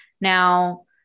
now